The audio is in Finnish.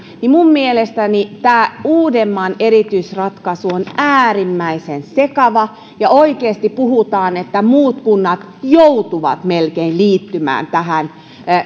minun mielestäni tämä uudenmaan erityisratkaisu on äärimmäisen sekava ja oikeasti puhutaan että muut kunnat melkein joutuvat liittymään tähän